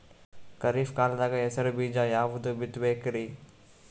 ಖರೀಪ್ ಕಾಲದಾಗ ಹೆಸರು ಬೀಜ ಯಾವದು ಬಿತ್ ಬೇಕರಿ?